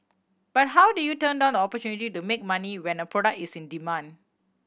but how do you turn down the opportunity to make money when a product is in demand